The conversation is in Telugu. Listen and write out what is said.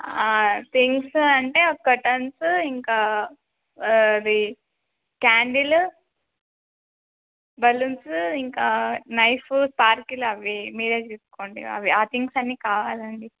థింగ్స్ అంటే కర్టన్స్ ఇంకా అది క్యాండీల్ బలూన్స్ ఇంకా నైఫ్ స్పార్కిల్ అవి మీరే తీసుకోండి అవి ఆ థింగ్స్ అన్ని కావాలండి